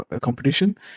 competition